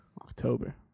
October